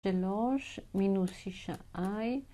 שלוש, מינוס שישה אי.